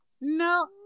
no